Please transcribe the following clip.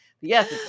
Yes